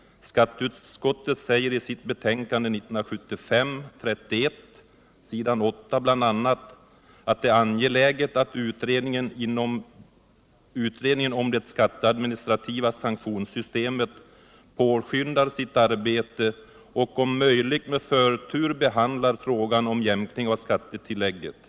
Skatteutskottet sägeri sitt betänkande 1975:31 s. 8 bl.a. att det är angeläget att utredningen om det skatteadministrativa sanktionssystemet påskyndar sitt arbete och om möjligt med förtur behandlar frågan om jämkning av skattetillägget.